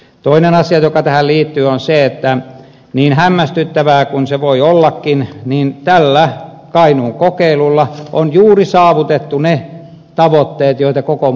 toinen asia joka tähän liittyy on se että niin hämmästyttävää kuin se voi ollakin niin tällä kainuun kokeilulla on juuri saavutettu ne tavoitteet joita kokoomus on vaatinut